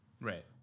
Right